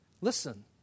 Listen